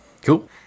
Cool